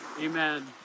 amen